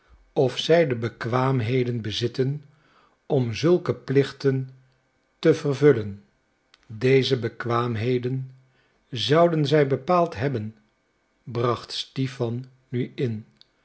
of zij de bekwaamheden bezitten om zulke plichten te vervullen deze bekwaamheden zouden zij bepaald hebben bracht stipan nu in